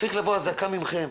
צריכה לבוא הזעקה מכם